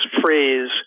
phrase